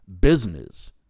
business